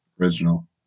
original